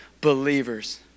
believers